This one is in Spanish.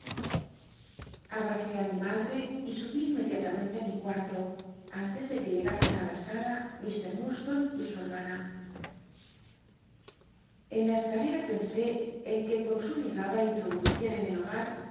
á mi madre y subí inmediatamente á mi cuarto antes de que llegasen i la sala ir iurdstone y su hcrm na en la escalera pensé en que con su llegada intloducian en el hogar